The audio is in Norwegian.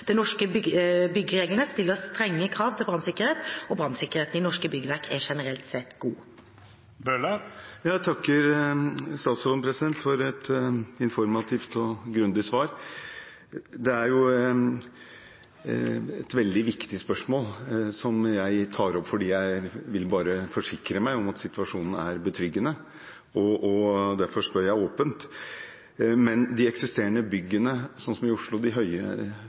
De norske byggereglene stiller strenge krav til brannsikkerhet, og brannsikkerheten i norske byggverk er generelt sett god. Jeg takker statsråden for et informativt og grundig svar. Det er jo et veldig viktig spørsmål, som jeg tar opp fordi jeg vil forsikre meg om at situasjonen er betryggende, og derfor spør jeg åpent. De eksisterende byggene, som f.eks. høyhusene i Groruddalen i Oslo,